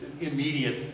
immediate